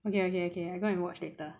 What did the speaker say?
okay okay okay I go and watch later